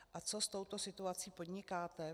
A co s touto situací podnikáte?